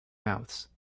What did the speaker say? mouths